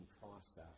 process